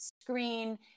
screen